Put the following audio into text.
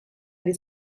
ari